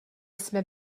jsme